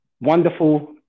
wonderful